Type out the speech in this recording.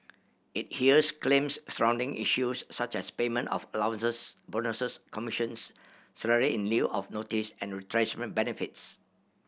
it hears claims surrounding issues such as payment of allowances bonuses commissions salary in lieu of notice and retrenchment benefits